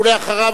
ואחריו,